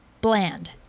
Bland